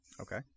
Okay